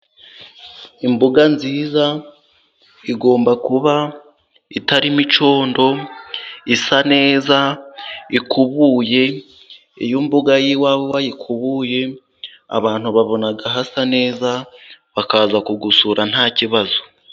Imbuga nziza igomba kuba itarimo icyondo, isa neza, ikubuye, iyo imbuga y'iwawe wayikubuye, abantu babona hasa neza, bakaza kugusura nta kibazo.